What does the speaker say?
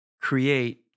create